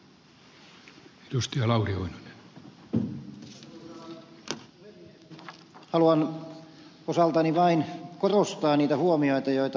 haluan osaltani vain korostaa niitä huomioita joita ed